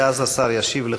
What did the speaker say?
ואז השר ישיב לכולם.